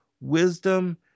wisdom